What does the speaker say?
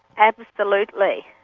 absolutely.